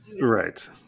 right